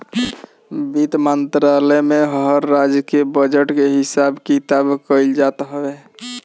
वित्त मंत्रालय में हर राज्य के बजट के हिसाब किताब कइल जात हवे